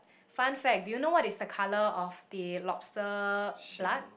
fun fact do you know what is the colour of the lobster blood